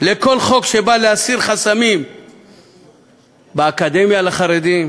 לכל חוק שבא להסיר חסמים באקדמיה לחרדים,